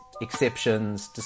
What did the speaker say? exceptions